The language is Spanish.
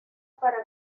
para